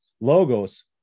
Logos